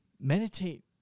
meditate